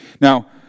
Now